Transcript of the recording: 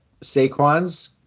Saquon's